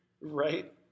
Right